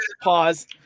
pause